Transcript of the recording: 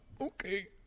Okay